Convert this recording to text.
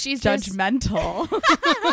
judgmental